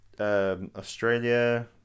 Australia